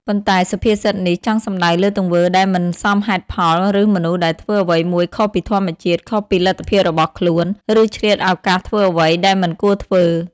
ប៉ុន្តែសុភាសិតនេះចង់សំដៅលើទង្វើដែលមិនសមហេតុផល ឬមនុស្សដែលធ្វើអ្វីមួយខុសពីធម្មតា ខុសពីលទ្ធភាពរបស់ខ្លួន ឬឆ្លៀតឱកាសធ្វើអ្វីដែលមិនគួរធ្វើ។